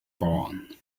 born